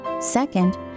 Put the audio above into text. Second